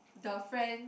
the friend